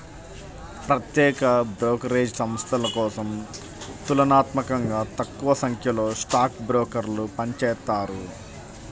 ప్రత్యేక బ్రోకరేజ్ సంస్థల కోసం తులనాత్మకంగా తక్కువసంఖ్యలో స్టాక్ బ్రోకర్లు పనిచేత్తారు